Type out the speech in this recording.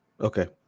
Okay